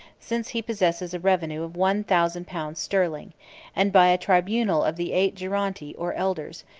since he possesses a revenue of one thousand pounds sterling and by a tribunal of the eight geronti or elders,